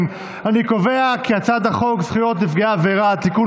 ההצעה להעביר את הצעת חוק זכויות נפגעי עבירה (תיקון,